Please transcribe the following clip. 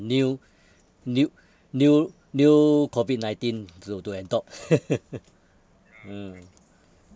new new new new COVID nineteen to to adopt mm